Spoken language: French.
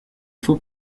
faux